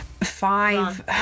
five